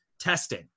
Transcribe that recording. testing